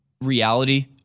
reality